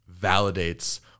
validates